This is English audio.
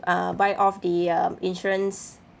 uh buy off the um insurance